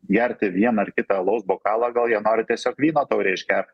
gerti vieną ar kitą alaus bokalą gal jie nori tiesiog vyno taurę išgert